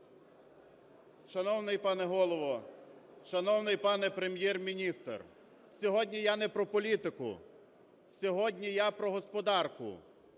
Шановний пане Голово, шановний пане Прем'єр-міністр! Сьогодні я не про політику, сьогодні я про "господарку".